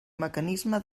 mecanisme